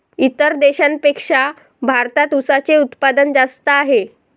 इतर देशांपेक्षा भारतात उसाचे उत्पादन जास्त आहे